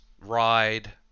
ride